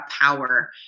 power